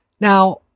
Now